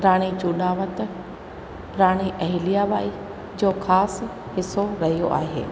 राणी जूनावत राणी अहेलिया बाई जो ख़ासि हिसो रहियो आहे